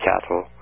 cattle